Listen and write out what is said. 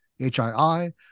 HII